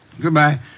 Goodbye